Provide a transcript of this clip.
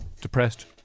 depressed